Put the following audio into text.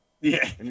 Yeah